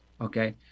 okay